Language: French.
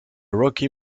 rocky